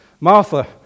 Martha